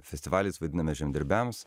festivalis vaidiname žemdirbiams